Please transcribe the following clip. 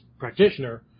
Practitioner